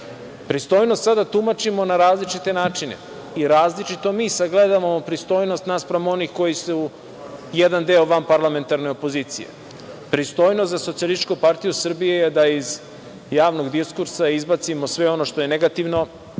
Pristojnost sada tumačimo na različite načine i različito mi sagledavamo pristojnost naspram onih koji su jedan deo vanparlamentarne opozicije. Pristojnost za SPS je da iz javnog diskursa izbacimo sve ono što je negativno